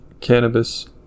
cannabis